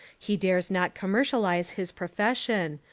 he dares not commercial ise his profession,